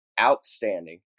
outstanding